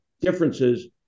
differences